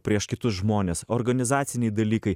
prieš kitus žmones organizaciniai dalykai